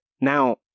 Now